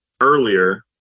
earlier